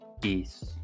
Peace